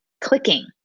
clicking